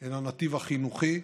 אל הנתיב החינוכי,